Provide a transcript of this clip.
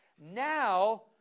Now